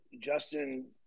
Justin